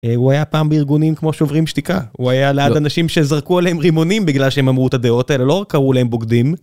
הוא היה פעם בארגונים כמו שוברים שתיקה הוא היה ליד אנשים שזרקו עליהם רימונים בגלל שהם אמרו את הדעות האלה לא רק קראו להם בוגדים.